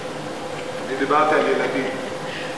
דיברתי על ילדים.